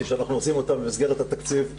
שאנחנו עושים אותן במסגרת התקציב השוטף,